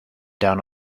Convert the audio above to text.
down